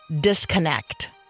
disconnect